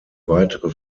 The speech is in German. weitere